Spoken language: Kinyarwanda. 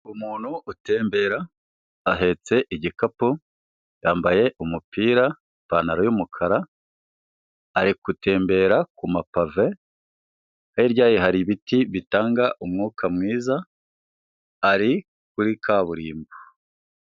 Umuntu utembera ahetse igikapu, yambaye umupira ipantaro y'umukara, ari gutembera ku mapave, hirya ye hari ibiti bitanga umwuka mwiza, ari kuri kaburimbo.